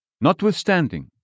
notwithstanding